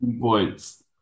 points